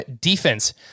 defense